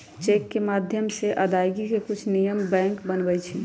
cheque के माध्यम से अदायगी के कुछ नियम बैंक बनबई छई